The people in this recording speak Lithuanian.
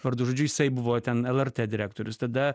vardu žodžiu jisai buvo ten lrt direktorius tada